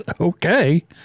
Okay